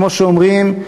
וכמו שאומרים,